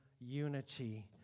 unity